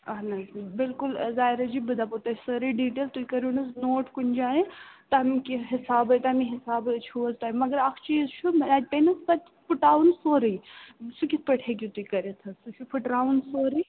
اَہَن حظ بِلکُل ظایراجی بہٕ دَپہو تۄہہِ سٲرٕے ڈِٹیل تُہۍ کٔرِو نہَ حظ نوٹ کُنہِ جایہِ تَمہِ کہِ حِسابے تَمی حِسابے چھُو حَظ تۄہہِ مگر اَکھ چیٖز چھُ تمٔۍ اوس پتہٕ پُٹاوُن سورُے سُہ کِتھٕ پٲٹھۍ ہیٚکِو تُہۍ کٔرِتھ حَظ سُہ چھُ پھُٹراوُن سورُے